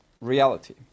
reality